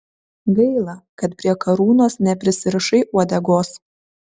gaila kad prie karūnos neprisirišai uodegos